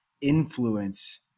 influence